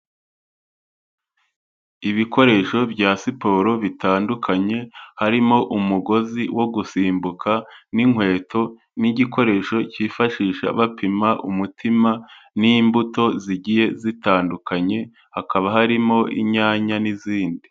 Ibikoresho bya siporo bitandukanye, harimo umugozi wo gusimbuka n'inkweto n'igikoresho cyifashisha bapima umutima n'imbuto zigiye zitandukanye, hakaba harimo inyanya n'izindi.